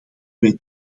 wij